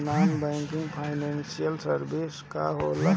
Non banking financial services का होला?